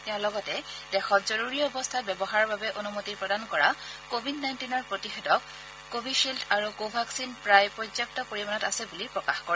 তেওঁ লগতে দেশত জৰুৰী অৱস্থাত ব্যৱহাৰৰ বাবে অনুমতি প্ৰদান কৰা কোৱিড নাইণ্টিনৰ প্ৰতিষেধক কোভিছিল্ড আৰু কোভাক্সিন প্ৰায় পৰ্য্যাপ্ত পৰ্য্যায়ত আছে বুলি প্ৰকাশ কৰে